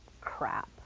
crap